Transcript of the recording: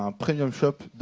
um premium shop